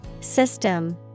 System